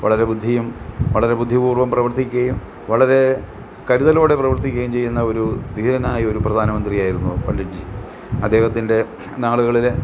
വളരെ ബുദ്ധിയും വളരെ ബുദ്ധിപൂർവ്വം പ്രവർത്തിക്കുകയും വളരെ കരുതലോടെ പ്രവർത്തിക്കുകയും ചെയ്യുന്ന ഒരു ധീരനായ ഒരു പ്രധാനമന്ത്രി ആയിരുന്നു പണ്ഡിറ്റ് ജി അദ്ദേഹത്തിൻ്റെ നാളുകളിൽ